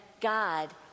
God